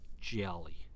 jelly